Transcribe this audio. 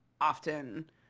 often